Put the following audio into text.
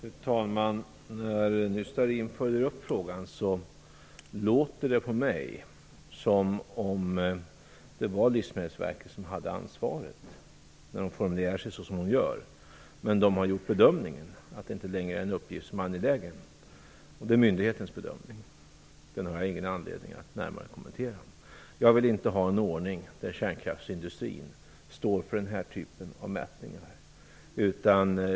Fru talman! När Karin Starrin nu följer upp sin fråga låter det som om det var Livsmedelsverket som har ansvaret, men att de har gjort den bedömningen att det är en uppgift som inte längre är angelägen. Det är myndighetens bedömning. Den har jag ingen anledning att kommentera närmare. Jag vill inte ha en ordning där kärnkraftsindustrin står för den här typen av mätningar.